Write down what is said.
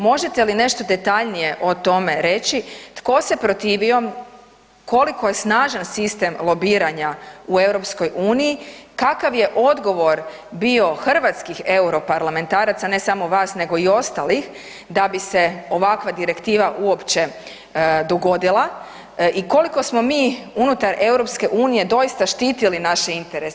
Možete li nešto detaljnije o tome reći, tko se protivio, koliko je snažan sistem lobiranja u EU, kakav je odgovor bio hrvatskih europarlamentaraca, ne samo vas nego i ostalih da bi se ovakva direktiva uopće dogodila i koliko smo mi unutar EU-a doista štitili naše interese?